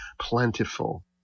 plentiful